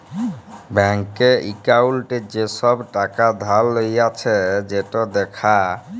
ব্যাংকে একাউল্টে যে ছব টাকা ধার লিঁয়েছে সেট দ্যাখা